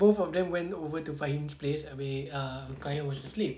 both of them went over to fahim place abeh ah ruqayyah was asleep